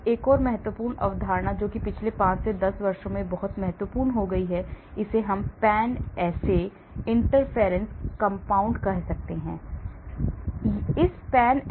अब एक और महत्वपूर्ण अवधारणा जो पिछले 5 से 10 वर्षों में बहुत महत्वपूर्ण हो गई है इसे Pan Assay interference compound कहा जाता है दर्द